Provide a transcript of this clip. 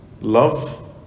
love